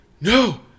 no